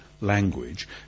language